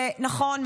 שנכון,